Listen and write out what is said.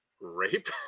rape